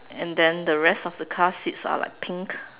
and then the rest of the car sits out like pink